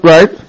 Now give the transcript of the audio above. Right